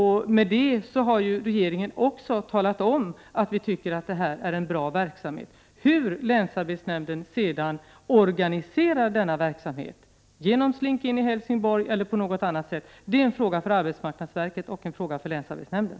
Härigenom har ju regeringen talat om att den tycker att verksamheten är bra. Hur länsarbetsnämnden sedan organiserar denna verksamhet, genom Slink-In i Helsingborg eller på annat sätt, är en fråga för arbetsmarknadsverket och länsarbetsnämnden.